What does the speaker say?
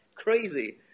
crazy